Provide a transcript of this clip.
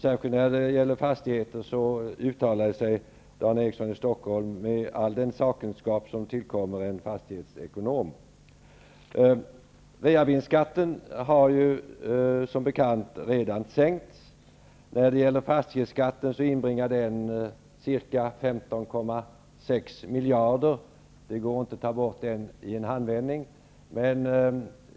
Särskilt när det gäller fastigheter uttalade sig Dan Eriksson i Stockholm med all den sakkunskap som tillkommer en fastighetsekonom. Reavinstskatten har som bekant redan sänkts. När det gäller fastighetsskatten så inbringar den ca 15,6 miljarder. Det går inte att ta bort den i en handvändning.